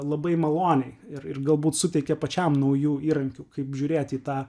labai maloniai ir galbūt suteikia pačiam naujų įrankių kaip žiūrėti į tą